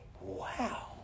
Wow